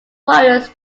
warriors